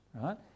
right